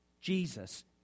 Jesus